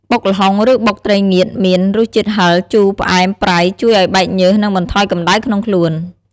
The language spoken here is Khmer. បុកល្ហុងឫបុកត្រីងៀតមាន រសជាតិហឹរ ជូរ ផ្អែម ប្រៃ ជួយឱ្យបែកញើស និងបន្ថយកម្ដៅក្នុងខ្លួន។